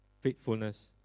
faithfulness